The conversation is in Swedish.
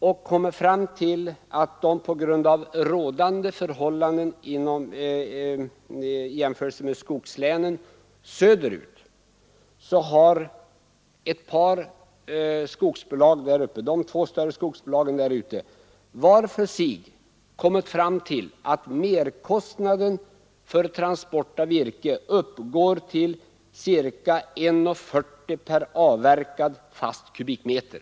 De två större skogsbolagen där uppe har var för sig kommit fram till att deras merkostnad för transport av virke jämfört med företag i skogslänen söderut uppgår till ca 1 krona 40 öre per avverkad fast kubikmeter.